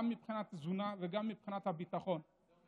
גם מבחינת תזונה וגם מבחינת הביטחון.